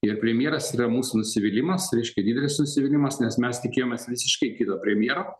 ir premjeras yra mūsų nusivylimas reiškia didelis nusivylimas nes mes tikėjomės visiškai kito premjero